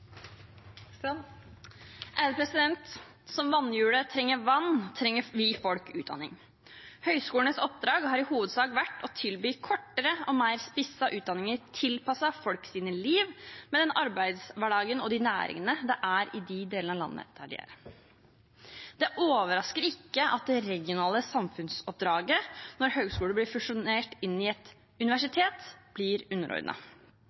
Som vannhjulet trenger vann, trenger folk utdanning. Høyskolenes oppdrag har i hovedsak vært å tilby kortere og mer spissede utdanninger tilpasset folks liv, med den arbeidshverdagen og de næringene det er i de delene av landet der de er. Det overrasker ikke at det regionale samfunnsoppdraget når høyskoler blir fusjonert inn i et